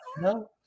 No